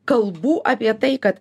kalbų apie tai kad